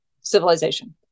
civilization